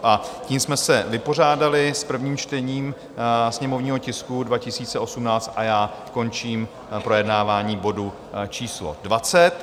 A tím jsme se vypořádali s prvním čtením sněmovního tisku 218 a já končím projednávání bodu číslo 20.